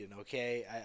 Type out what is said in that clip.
okay